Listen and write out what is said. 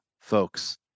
folks